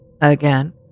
again